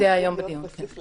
זה יהיה היום בדיון, כן.